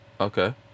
Okay